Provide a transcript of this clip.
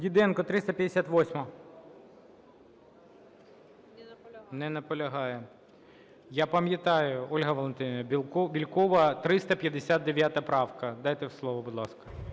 Діденко, 358-а. Не наполягає. Я пам'ятаю, Ольга Валентинівна Бєлькова, 359 правка. Дайте слово, будь ласка.